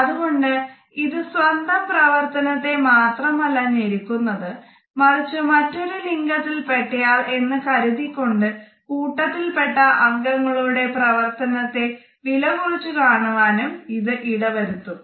അതുകൊണ്ട് ഇത് സ്വന്തം പ്രവർത്തനത്തെ മാത്രമല്ല ഞെരുക്കുന്നത് മറിച്ച് മറ്റൊരു ലിംഗത്തിൽ പെട്ടയാൾ എന്ന് കരുതിക്കൊണ്ട് കൂട്ടത്തിൽ പെട്ട അംഗങ്ങളുടെ പ്രവർത്തനത്തെ വില കുറച്ച് കാണുവാനും ഇത് ഇടവരുത്തും